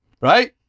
Right